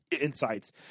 insights